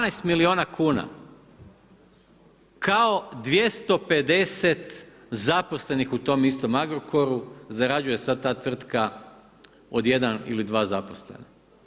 12 milijuna kuna, kao 250 zaposlenih u tom istom Agrokoru, zarađuje sada ta tvrtka od 1 ili 2 zaposlena.